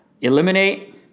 eliminate